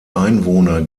einwohner